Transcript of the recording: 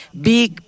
Big